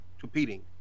competing